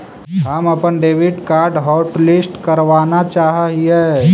हम अपन debit card hotlist करावाना चाहा हियई